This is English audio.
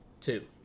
Two